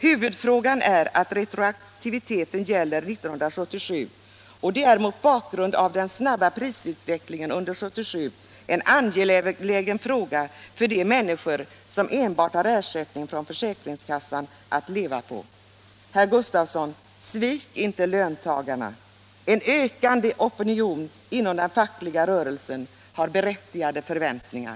Huvudfrågan är att retroaktiviteten gäller år 1977, och det är mot bakgrund av den snabba prisutvecklingen under år 1977 en angelägen fråga för de människor som enbart har ersättning från försäkringskassan att leva på. Svik inte löntagarna, herr Gustavsson! En ökande opinion inom den fackliga rörelsen har berättigade förväntningar.